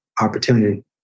opportunity